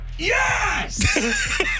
Yes